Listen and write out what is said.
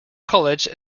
college